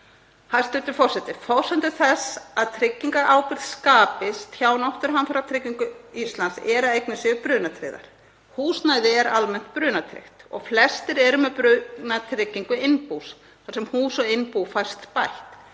Hæstv. forseti. Forsendur þess að tryggingaábyrgð skapist hjá Náttúruhamfaratryggingu Íslands eru að eignir séu brunatryggðar. Húsnæði er almennt brunatryggt og flestir eru með tryggingu innbús þar sem hús og innbú fæst bætt.